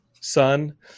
son